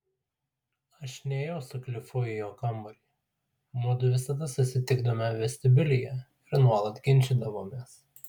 aš nėjau su klifu į jo kambarį mudu visada susitikdavome vestibiulyje ir nuolat ginčydavomės